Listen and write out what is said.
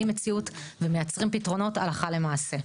מציאות ומייצרים פתרונות הלכה למעשה.